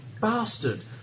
Bastard